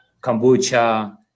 kombucha